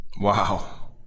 Wow